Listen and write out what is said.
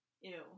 Ew